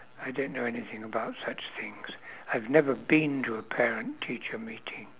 I don't know anything about such things I've never been to a parent teacher meeting